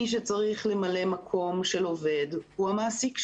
מי שצריך למלא מקום של עובד הוא המעסיק שלו,